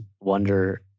wonder